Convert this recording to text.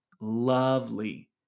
lovely